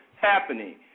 happening